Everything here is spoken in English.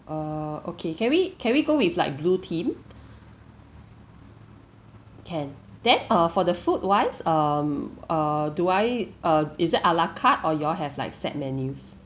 er okay can we can we go with like blue theme can then uh for the food wise um uh do I uh is that ala carte or you all have like set menus